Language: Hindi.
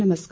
नमस्कार